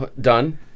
done